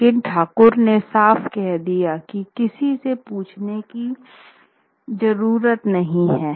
लेकिन ठाकुर ने साफ कर दिया कि किसी से पूछने की जरूरत नहीं है